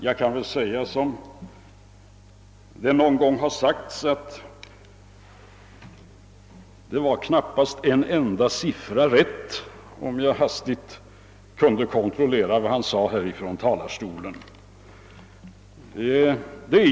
Jag kan väl säga som det någon gång sagts att det knappast var en enda siffra som var rätt, det fann jag när jag hastigt försökte kontrollera vad han sagt här från talarstolen.